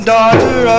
Daughter